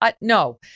No